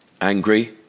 Angry